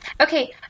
Okay